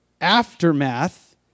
aftermath